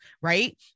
right